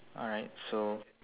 alright so